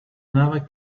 never